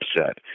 upset